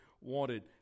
wanted